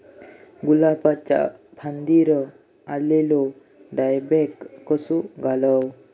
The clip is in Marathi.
गुलाबाच्या फांदिर एलेलो डायबॅक कसो घालवं?